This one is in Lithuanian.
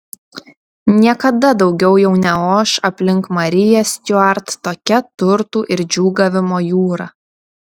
niekada daugiau jau neoš aplink mariją stiuart tokia turtų ir džiūgavimo jūra